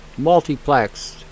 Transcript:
multiplexed